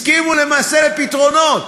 הסכימו למעשה לפתרונות.